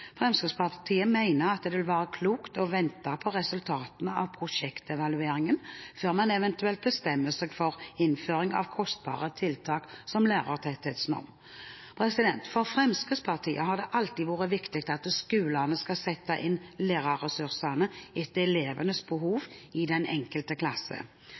Fremskrittspartiet mener at det vil være klokt å vente på resultatet av prosjektevalueringen før man eventuelt bestemmer seg for innføring av kostbare tiltak som lærertetthetsnorm. For Fremskrittspartiet har det alltid vært viktig at skolene skal sette inn lærerressursene etter elevenes behov i den enkelte klasse.